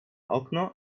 okno